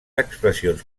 expressions